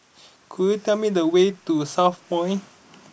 could you tell me the way to Southpoint